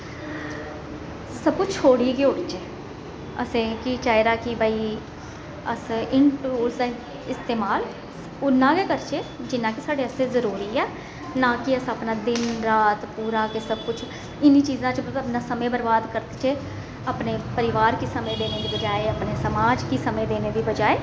सब कुछ छोड़ी गै ओड़चै असेंगी केह् चाहिदा कि भाई अस इन टूल्स दा इस्तमाल उन्ना गै करचै जिन्ना कि साढ़े आस्तै जरूरी ऐ ना कि अस अपना दिन रात पूरा ते सब कुछ इनें चीजें च मतलब अपना समय बरबाद करचै अपने परिवार गी समें देने दे बजाए अपने समाज गी समें देने दी बजाए